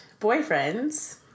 boyfriends